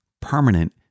permanent